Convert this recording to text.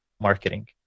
marketing